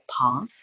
path